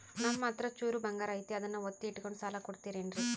ನಮ್ಮಹತ್ರ ಚೂರು ಬಂಗಾರ ಐತಿ ಅದನ್ನ ಒತ್ತಿ ಇಟ್ಕೊಂಡು ಸಾಲ ಕೊಡ್ತಿರೇನ್ರಿ?